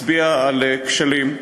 מצביע על כשלים.